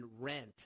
rent